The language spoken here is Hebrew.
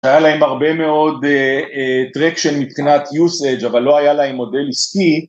היה להם הרבה מאוד טרק של מתקנת יוסג' אבל לא היה להם מודל עסקי.